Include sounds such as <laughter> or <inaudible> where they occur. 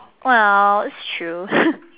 well it's true <laughs>